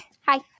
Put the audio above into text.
Hi